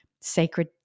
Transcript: sacred